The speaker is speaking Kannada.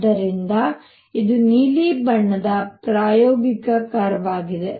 ಆದ್ದರಿಂದ ಇದು ನೀಲಿ ಬಣ್ಣದ ಪ್ರಾಯೋಗಿಕ ಕರ್ವ್ ಆಗಿದೆ